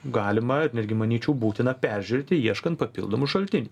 galima ir netgi manyčiau būtina peržiūrėti ieškant papildomų šaltinių